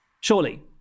Surely